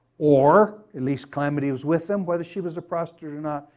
or at least calamity was with them. whether she was a prostitute or not,